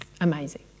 amazing